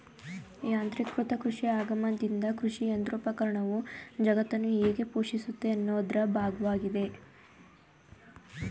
ಯಾಂತ್ರೀಕೃತ ಕೃಷಿ ಆಗಮನ್ದಿಂದ ಕೃಷಿಯಂತ್ರೋಪಕರಣವು ಜಗತ್ತನ್ನು ಹೇಗೆ ಪೋಷಿಸುತ್ತೆ ಅನ್ನೋದ್ರ ಭಾಗ್ವಾಗಿದೆ